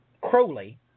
Crowley